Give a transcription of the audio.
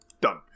Done